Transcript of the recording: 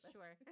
Sure